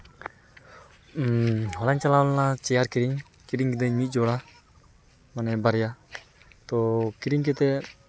ᱦᱚᱞᱟᱧ ᱪᱟᱞᱟᱣ ᱞᱮᱱᱟ ᱪᱮᱭᱟᱨ ᱠᱤᱨᱤᱧ ᱠᱤᱨᱤᱧ ᱠᱤᱫᱟᱹᱧ ᱢᱤᱫ ᱡᱚᱲᱟ ᱢᱟᱱᱮ ᱵᱟᱨᱭᱟ ᱛᱚ ᱠᱤᱨᱤᱧ ᱠᱟᱛᱮ